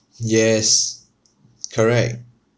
yes correct